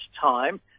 time